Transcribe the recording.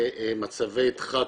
ומצבי דחק